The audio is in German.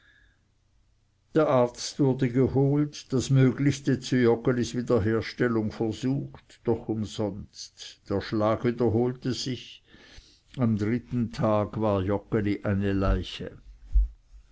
der arzt wurde geholt das möglichste zu joggelis wiederherstellung versucht doch umsonst der schlag wiederholte sich am dritten tage war joggeli eine leiche